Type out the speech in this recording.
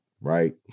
Right